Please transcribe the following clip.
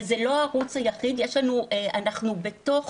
זה לא הערוץ היחיד, אנחנו בתוך